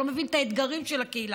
שלא מבין את האתגרים של הקהילה,